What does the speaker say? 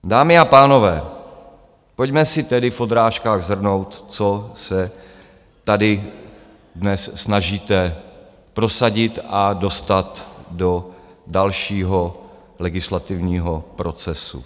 Dámy a pánové, pojďme si tedy v odrážkách shrnout, co se tady dnes snažíte prosadit a dostat do dalšího legislativního procesu: